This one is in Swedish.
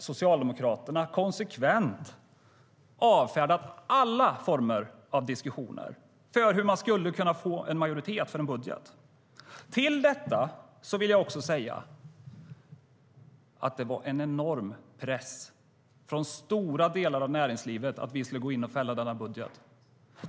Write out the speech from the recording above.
Socialdemokraterna har konsekvent avfärdat alla former av diskussioner om hur man skulle kunna få en majoritet för en budget. Till detta vill jag också säga att det var en enorm press från stora delar av näringslivet på att vi skulle gå in och fälla denna budget.